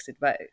vote